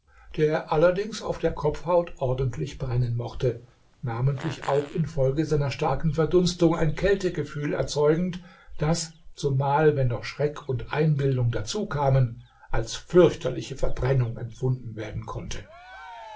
der allerdings auf der kopfhaut ordentlich brennen mochte namentlich auch infolge seiner starken verdunstung ein kältegefühl erzeugend das zumal wenn noch schreck und einbildung dazu kamen als fürchterliche verbrennung empfunden werden konnte